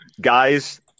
guys